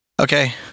Okay